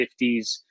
50s